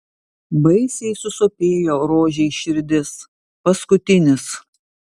baisiai susopėjo rožei širdis paskutinis